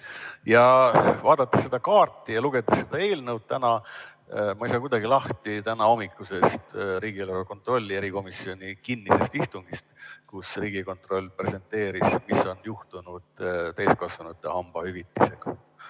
Vaadates seda kaarti ja lugedes seda eelnõu täna, ma ei saa kuidagi lahti tänahommikusest riigieelarve kontrolli erikomisjoni kinnisest istungist, kus Riigikontroll presenteeris, mis on juhtunud täiskasvanute hambaravihüvitisega.